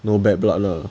no bad blood lah